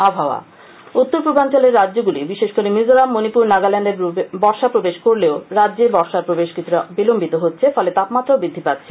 আবহাওয়া উত্তর পূর্বাঞ্চলের রাজ্যগুলি বিশেষ করে মিজোরাম মণিপুর নাগাল্যান্ডে বর্ষা প্রবেশ করলেও রাজ্যে বর্ষার প্রবেশ কিছুটা বিলশ্বিত হচ্ছে ফলে তাপমাত্রাও বৃদ্ধি পাচ্ছে